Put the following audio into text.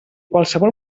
qualsevol